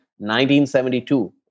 1972